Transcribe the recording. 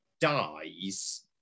dies